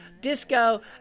disco